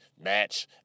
match